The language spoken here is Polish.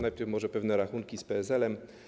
Najpierw może pewne rachunki z PSL-em.